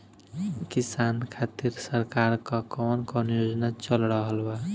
किसान खातिर सरकार क कवन कवन योजना चल रहल बा?